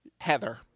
Heather